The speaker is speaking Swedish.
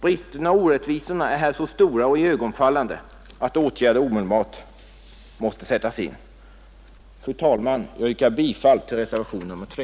Bristerna och orättvisorna är här så stora och iögonenfallande att åtgärder omedelbart måste sättas in. Fru talman! Jag yrkar bifall till reservationen A 3.